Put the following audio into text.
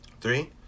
Three